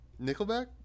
Nickelback